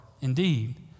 indeed